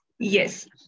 Yes